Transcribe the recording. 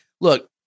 look